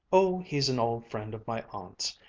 oh, he's an old friend of my aunt's,